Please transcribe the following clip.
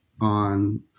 on